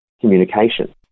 communication